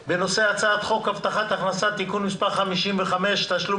בנושא: הצעת חוק הבטחת הכנסה (תיקון מס' 55) (תשלום